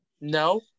No